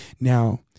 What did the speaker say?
Now